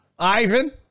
Ivan